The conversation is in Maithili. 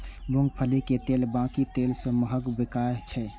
मूंगफली के तेल बाकी तेल सं महग बिकाय छै